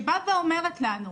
שבאה ואומרת לנו,